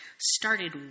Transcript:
started